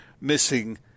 missing